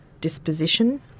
disposition